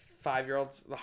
five-year-olds